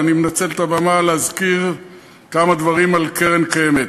ואני מנצל את הבמה להזכיר כמה דברים על קרן קיימת.